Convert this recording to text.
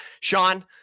Sean